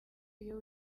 iyo